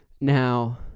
Now